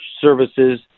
services